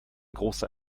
großer